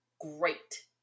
Great